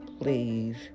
please